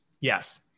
Yes